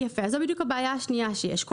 זו בדיוק הבעיה השנייה שקיימת,